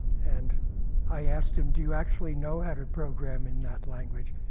and i asked him, do you actually know how to program in that language?